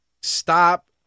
stop